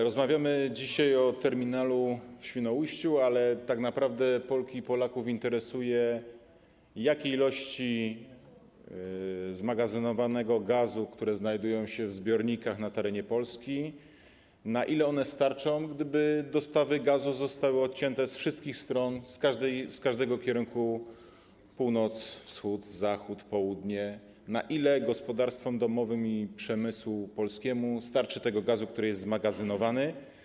Rozmawiamy dzisiaj o terminalu w Świnoujściu, ale tak naprawdę Polki i Polaków interesuje to, jakie są ilości zmagazynowanego gazu, które znajdują się w zbiornikach na terenie Polski, na ile one starczą, gdyby dostawy gazu zostały odcięte z wszystkich stron, z każdego kierunku: z północy, ze wschodu, z zachodu, z południa, na ile gospodarstwom domowym i przemysłowi polskiemu starczy gazu, który jest zmagazynowany.